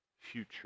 future